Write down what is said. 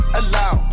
allow